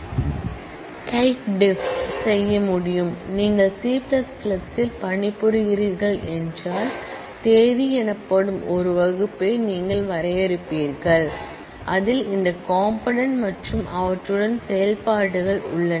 type def செய்ய முடியும் நீங்கள் சி இல் பணிபுரிகிறீர்கள் என்றால் தேதி எனப்படும் ஒரு வகுப்பை நீங்கள் வரையறுப்பீர்கள் அதில் இந்த கம்பனென்ட் மற்றும் அவற்றுடன் செயல்பாடுகள் உள்ளன